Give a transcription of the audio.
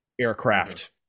aircraft